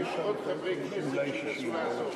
כי יש עוד חברי כנסת שינסו לעזור.